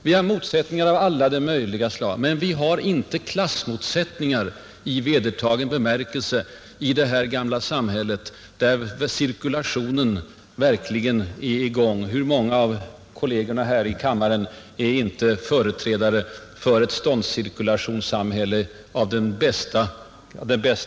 Vi har motsättningar av alla de slag, men vi har inte klassmotsättningar i vedertagen bemärkelse i det här gamla samhället, där cirkulationen verkligen är i gång. Hur många av kollegerna här i kammaren är inte företrädare för ett ståndscirkulationssamhälle av bästa märke?